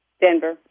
Denver